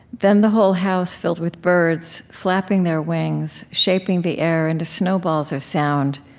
then the whole house filled with birds flapping their wings, shaping the air into snowballs of sound,